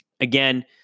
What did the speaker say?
Again